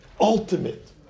ultimate